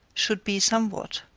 should be somewhat